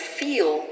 feel